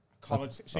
College